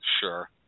Sure